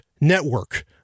network